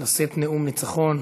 לשאת נאום ניצחון